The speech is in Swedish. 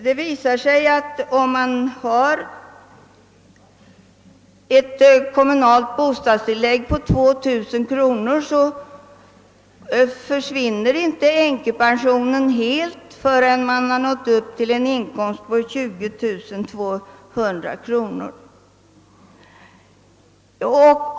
Det visar sig att om man har ett kommunalt bostadstillägg på 2000 kronor så försvinner inte änkepensionen helt förrän man har nått upp till en inkomst på 22 200 kronor.